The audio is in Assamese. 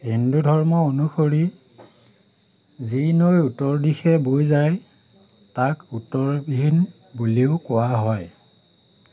হিন্দু ধৰ্ম অনুসৰি যি নৈ উত্তৰ দিশে বৈ যায় তাক উত্তৰবিহীন বুলিও কোৱা হয়